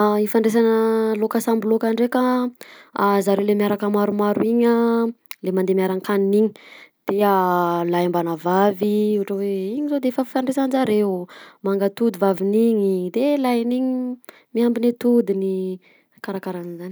Ah fifandraisana laoka samby laoka nndreka a zareo le miaraka maromaro iny a le mandeha miarankanina iny a de lahy mbana vavy ohatra hoe iny zao de efa fifandraisanjareo mangatody vaviny iny de lahiny iny miambiny atodiny karakara an'zany.